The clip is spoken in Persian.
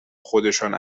خودشان